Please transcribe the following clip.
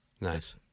Nice